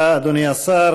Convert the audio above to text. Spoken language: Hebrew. תודה, אדוני השר.